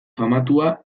famatua